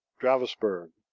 dravosburg,